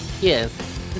Yes